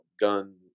gun